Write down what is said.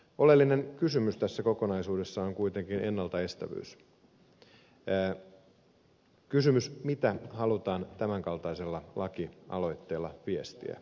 oleellinen kysymys tässä kokonaisuudessa on kuitenkin ennaltaestävyys kysymys mitä halutaan tämänkaltaisella lakialoitteella viestiä